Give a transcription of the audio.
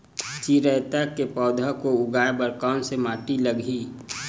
चिरैता के पौधा को उगाए बर कोन से माटी लगही?